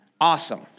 Awesome